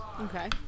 Okay